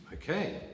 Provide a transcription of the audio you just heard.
Okay